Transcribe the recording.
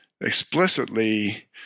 explicitly